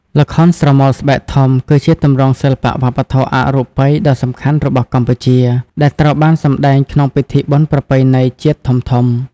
ល្ខោនស្រមោលស្បែកធំ គឺជាទម្រង់សិល្បៈវប្បធម៌អរូបីដ៏សំខាន់របស់កម្ពុជា ដែលត្រូវបានសម្តែងក្នុងពិធីបុណ្យប្រពៃណីជាតិធំៗ។